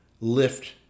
lift